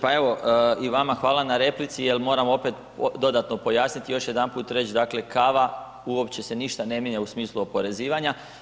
Pa evo, i vama hvala na replici jer moram opet dodatno pojasniti, još jedanput reć, dakle kava uopće se ništa ne mijenja u smislu oporezivanja.